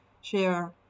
share